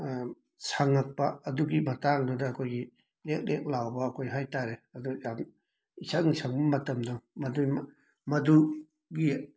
ꯁꯪꯉꯛꯄ ꯑꯗꯨꯒꯤ ꯃꯇꯥꯡꯗꯨꯗ ꯑꯩꯈꯣꯏꯒꯤ ꯂꯦꯛ ꯂꯦꯛ ꯂꯥꯎꯕ ꯑꯩꯈꯣꯏ ꯍꯏꯇꯥꯔꯦ ꯑꯗꯣ ꯌꯥꯝ ꯏꯁꯪ ꯁꯪꯕ ꯃꯇꯝꯗꯨ ꯃꯗꯨ ꯃꯗꯨ ꯒꯤ